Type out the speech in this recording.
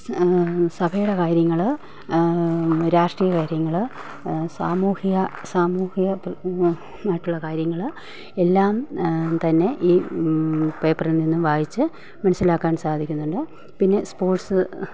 സഭയുടെ കാര്യങ്ങൾ രാഷ്ട്രീയകാര്യങ്ങൾ സാമൂഹിക സാമൂഹിക ആയിട്ടുള്ള കാര്യങ്ങൾ എല്ലാം തന്നെ ഈ പേപ്പറിൽനിന്നും വായിച്ച് മനസിലാക്കാൻ സാധിക്കുന്നുണ്ട് പിന്നെ സ്പോർട്സ്